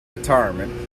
retirement